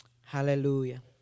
Hallelujah